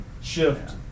Shift